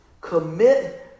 Commit